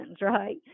Right